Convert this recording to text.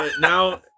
now